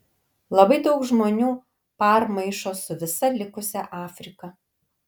labai daug žmonių par maišo su visa likusia afrika